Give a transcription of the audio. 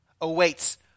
awaits